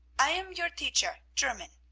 i am your teacher, german.